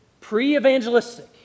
pre-evangelistic